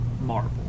Marvel